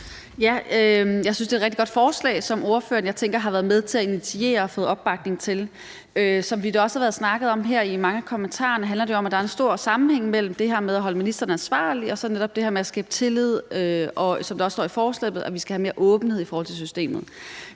et rigtig godt forslag, som ordføreren, tænker jeg, har været med til at initiere og få opbakning til. Som der også har været snakket om her i mange af kommentarerne, handler det om, at der er en stor sammenhæng mellem det med at holde ministrene ansvarlige og så netop det her med at skabe tillid, og at vi, som der også står i forslaget, skal have mere åbenhed i forhold til systemet.